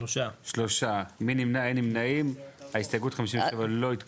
3 נמנעים, 0 ההסתייגות לא התקבלה.